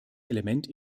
element